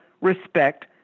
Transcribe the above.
respect